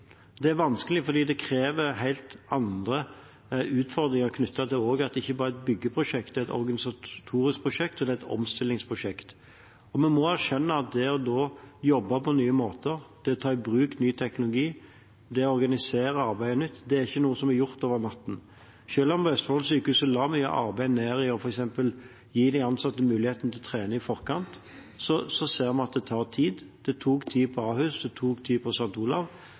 vanskelig fordi det gir helt andre utfordringer knyttet til at det ikke bare er et byggeprosjekt, det er et organisatorisk prosjekt, og det er et omstillingsprosjekt. Vi må erkjenne at det å jobbe på nye måter, det å ta i bruk ny teknologi, det å organisere arbeidet nytt, ikke er noe som er gjort over natten. Selv om Østfold sykehus la mye arbeid ned i f.eks. å gi de ansatte muligheten til å trene i forkant, ser vi at det tar tid. Det tok tid på Ahus, det tok tid på